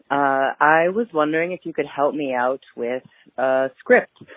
i was wondering if you could help me out with a script.